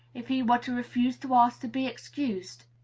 if he were to refuse to ask to be excused?